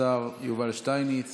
השר יובל שטייניץ